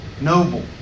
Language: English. noble